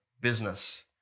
business